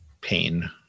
pain